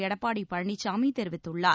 எடப்பாடி பழனிசாமி தெரிவித்துள்ளார்